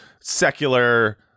secular